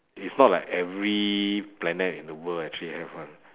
it's not like every planet in the world actually have one